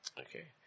Okay